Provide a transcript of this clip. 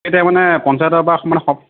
এতিয়া মানে পঞ্চায়তৰ পৰা মানে হওক